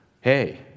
hey